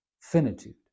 finitude